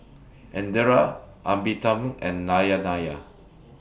Indira Amitabh and Nayanaya